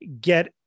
get